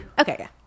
Okay